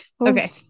Okay